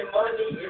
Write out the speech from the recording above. money